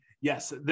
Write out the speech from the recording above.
Yes